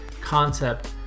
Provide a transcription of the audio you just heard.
concept